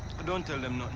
i don't tell them